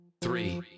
three